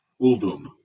Uldum